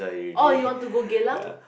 or you want to go Geylang